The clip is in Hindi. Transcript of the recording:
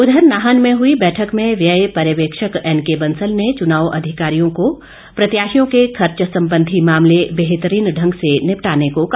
उधर नाहन में हुई बैठक में व्यय पर्यवेक्षक एनके बंसल ने चुनाव अधिकारियों को प्रत्याशियों के खर्च संबंधी मामले बेहतरीन ढंग से निपटाने को कहा